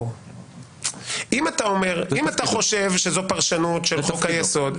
אם אתה טוען שזו פרשנות של חוק היסוד,